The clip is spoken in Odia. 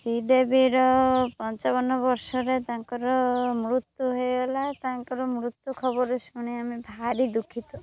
ଶ୍ରୀ ଦେବୀର ପଞ୍ଚାବନ ବର୍ଷରେ ତାଙ୍କର ମୃତ୍ୟୁ ହେଇଗଲା ତାଙ୍କର ମୃତ୍ୟୁ ଖବର ଶୁଣି ଆମେ ଭାରି ଦୁଃଖିତ